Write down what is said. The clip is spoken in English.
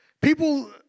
people